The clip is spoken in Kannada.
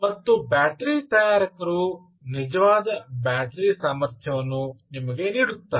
ಮತ್ತು ಬ್ಯಾಟರಿ ತಯಾರಕರು ನಿಜವಾದ ಬ್ಯಾಟರಿ ಸಾಮರ್ಥ್ಯವನ್ನು ನಿಮಗೆ ನೀಡುತ್ತಾರೆ